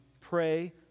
pray